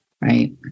right